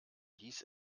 hieß